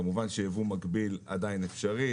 כמובן שיבוא מקביל עדיין אפשרי.